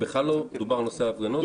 בכלל לא מדובר על נושא ההפגנות.